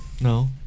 No